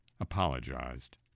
apologized